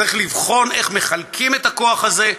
צריך לבחון איך מחלקים את הכוח הזה.